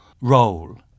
role